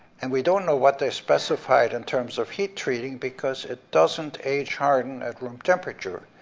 and we don't know what they specified in terms of heat treating because it doesn't age harden at room temperature,